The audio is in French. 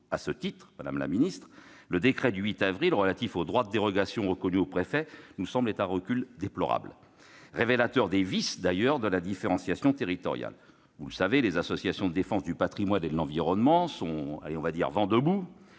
À ce titre, madame la ministre, le décret du 8 avril 2020 relatif au droit de dérogation reconnu au préfet nous semble être un recul déplorable, révélateur des vices de la différenciation territoriale. Les associations de défense du patrimoine et de l'environnement sont vent debout